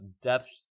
depth